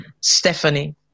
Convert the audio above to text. Stephanie